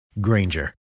Granger